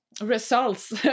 results